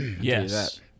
Yes